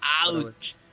Ouch